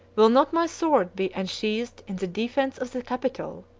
will not my sword be unsheathed in the defence of the capitol?